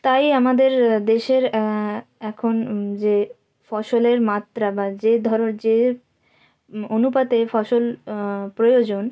তাই আমাদের দেশের এখন যে ফসলের মাত্রা বা যে ধরো যে অনুপাতে ফসল প্রয়োজন